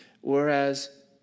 whereas